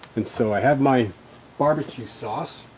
and so i have my barbecue sauce,